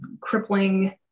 crippling